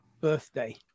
birthday